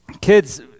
kids